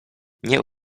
nie